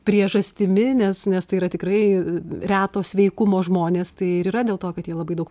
priežastimi nes nes tai yra tikrai reto sveikumo žmonės tai ir yra dėl to kad jie labai daug